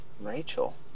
Rachel